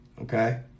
Okay